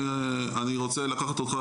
אני רוצה לקחת אותך,